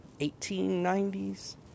1890s